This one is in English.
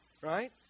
right